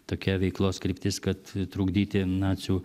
tokia veiklos kryptis kad trukdyti nacių